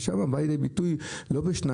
ושם זה בא לידי ביטוי, לא ב-2%,3%.